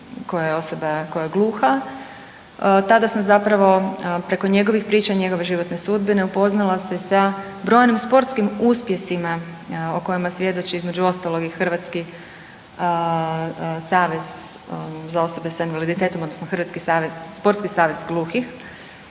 koja je gluha, tada sam zapravo, preko njegovih priča i njegove životne sudbine upoznala se sa brojnim sportskim uspjesima o kojim svjedoči, između ostalog i Hrvatski savez za osobe s invaliditetom odnosno hrvatski savez, Sportski savez gluhih,